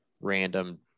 random